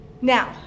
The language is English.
Now